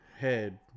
Head